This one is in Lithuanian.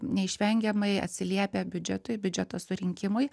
neišvengiamai atsiliepia biudžetui biudžeto surinkimui